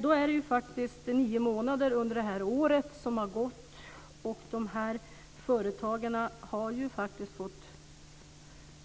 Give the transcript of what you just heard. Då är det faktiskt nio månader under det här året som har gått, och företagarna har fått